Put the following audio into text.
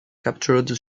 captured